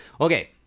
Okay